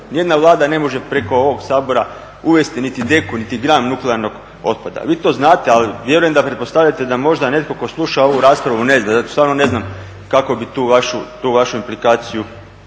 ni jedna Vlada ne može preko ovog Sabora uvesti niti deku, niti gram nuklearnog otpada. Vi to znate, ali vjerujem da pretpostavljate da možda netko tko sluša ovu raspravu ne zna. Ja stvarno ne znam kako bi tu vašu implikaciju